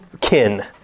kin